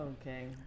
Okay